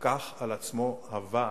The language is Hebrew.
שלקח על עצמו הוועד,